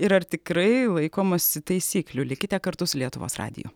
ir ar tikrai laikomasi taisyklių likite kartu su lietuvos radiju